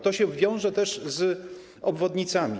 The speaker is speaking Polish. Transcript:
To się wiąże też z obwodnicami.